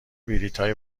بلیطهای